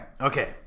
Okay